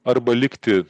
arba likti